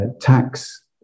tax